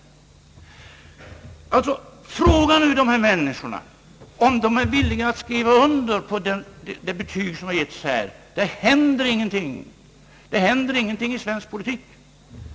Fråga nu dessa människor om de är villiga att skriva under på det betyget som givits här, att det inte händer någonting i svensk politik!